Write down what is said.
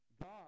God